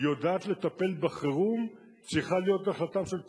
יודעת לטפל בחירום צריכה להיות החלטה של כולם,